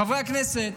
חברי הכנסת,